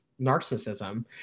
narcissism